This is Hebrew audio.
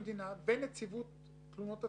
מבקר המדינה ונציב תלונות הציבור.